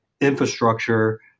infrastructure